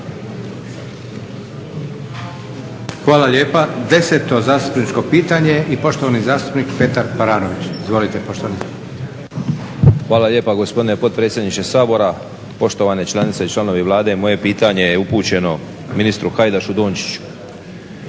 Hvala lijepa. Deseto zastupničko pitanje i poštovani zastupnik Petar Baranović. Izvolite poštovani zastupniče. **Baranović, Petar (HNS)** Hvala lijepa gospodine potpredsjedniče Sabora, poštovane članice i članovi Vlade moje pitanje je upućeno ministru Hajdašu-Dončiću.